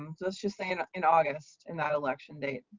um just just say in in august in that election date?